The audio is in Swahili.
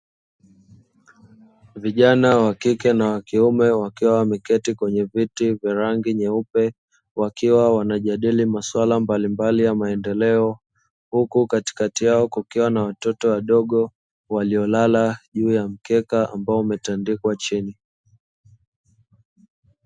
Vijana wakike na wakiume, wakiwa wameketi kwenye viti vyenye rangi nyeupe, wakiwa wanajadili masuala mbalimbali ya maendeleo, huku katikati yao kukiwa na watoto wadogo waliolala juu ya mkeka ambao umetandikwa chini.